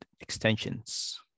extensions